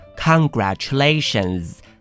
Congratulations